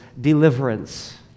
deliverance